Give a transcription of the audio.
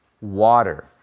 water